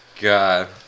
God